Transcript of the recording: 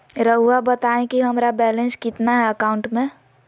रहुआ बताएं कि हमारा बैलेंस कितना है अकाउंट में?